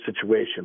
situation